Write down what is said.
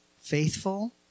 faithful